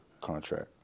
contract